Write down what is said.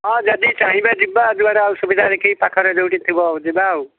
ହଁ ଯଦି ଚାହିଁବେ ଯିବା ଜୁଆଡ଼େ ସୁବିଧା ଦେଖିକି ପାଖରେ ଯୋଉଠି ଥିବ ଯିବା ଆଉ